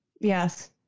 Yes